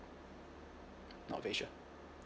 not very sure